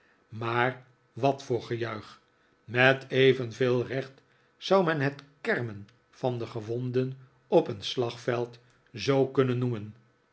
maar wat voor gejuich met evenveel recht zou men het kermen van de gewonden op een slagveld zoo kunnen noemen